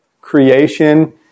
creation